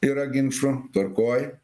yra ginčų tvarkoj